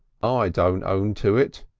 ah i don't own to it.